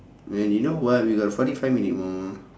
man you know what we got forty five minute more